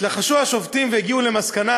התלחשו השופטים והגיעו למסקנה